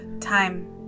time